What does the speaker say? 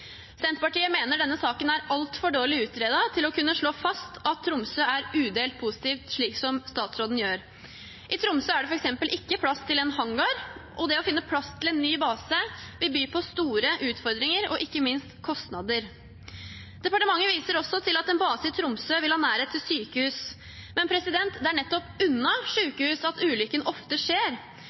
Senterpartiet mener at denne saken er altfor dårlig utredet til å kunne slå fast at Tromsø er udelt positivt, slik statsråden gjør. I Tromsø er det f.eks. ikke plass til en hangar, og det å finne plass til en ny base vil by på store utfordringer – og ikke minst kostnader. Departementet viser også til at en base i Tromsø vil ha nærhet til sykehus. Men det er nettopp unna sykehus at ulykken ofte skjer.